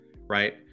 right